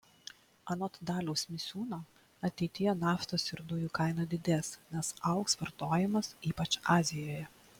anot daliaus misiūno ateityje naftos ir dujų kaina didės nes augs vartojimas ypač azijoje